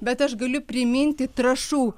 bet aš galiu priminti trąšų